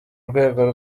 urwego